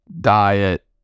diet